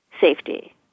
safety